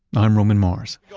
i'm roman mars. yeah